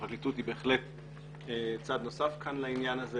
הפרקליטות היא בהחלט צד נוסף לעניין הזה.